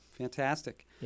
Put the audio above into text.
Fantastic